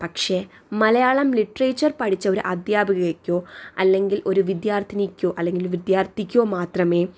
പക്ഷേ മലയാളം ലിറ്ററേച്ചർ പഠിച്ച ഒരു അധ്യാപികയ്ക്കോ അല്ലെങ്കിൽ ഒരു വിദ്യാർത്ഥിനിക്കോ അല്ലെങ്കിൽ വിദ്യാർത്ഥിക്കോ മാത്രമേ